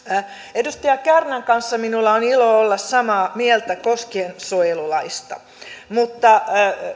edustaja kärnän kanssa minulla on ilo olla samaa mieltä koskiensuojelulaista mutta